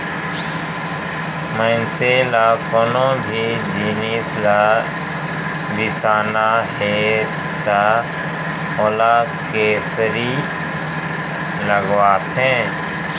मनसे ल कोनो भी जिनिस ल बिसाना हे त ओला करेंसी लागथे